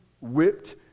whipped